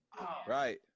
Right